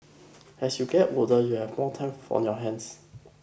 as you get older you have more time for on your hands